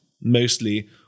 mostly